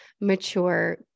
mature